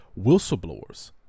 whistleblowers